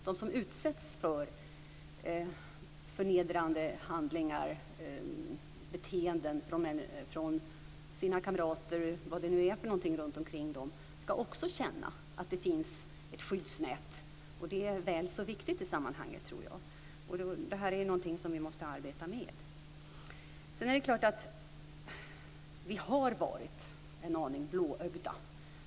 De som utsätts för förnedrande handlingar och beteenden från sina kamrater, vilka de än har omkring sig, ska också känna att det finns ett skyddsnät. Det är väl så viktigt i sammanhanget. Det här är någonting som vi måste arbeta med. Det är klart att vi har varit en aning blåögda.